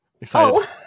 excited